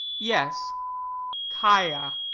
yes kaia.